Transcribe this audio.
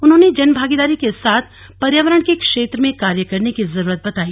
उन्होंने जनभागीदारी के साथ पर्यावरण के क्षेत्र में कार्य करने की जरूरत बताई